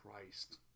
Christ